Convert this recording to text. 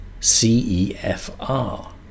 CEFR